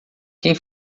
quem